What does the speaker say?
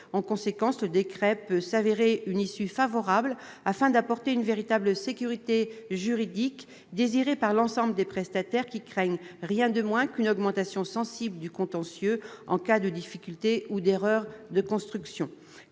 En conséquence, le décret peut constituer une issue favorable pour apporter une véritable sécurité juridique, désirée par l'ensemble des prestataires. Ces derniers craignent, rien de moins, une augmentation sensible du contentieux en cas de difficulté ou d'erreur de construction